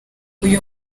uyu